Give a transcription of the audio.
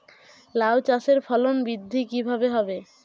লাউ চাষের ফলন বৃদ্ধি কিভাবে হবে?